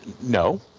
no